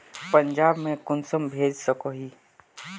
पंजाब में कुंसम भेज सकोही?